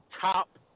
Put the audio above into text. top